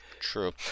True